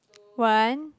one